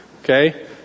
Okay